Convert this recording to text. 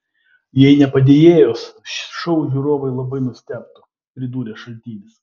jei ne padėjėjos šou žiūrovai labai nustebtų pridūrė šaltinis